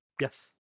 yes